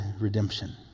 redemption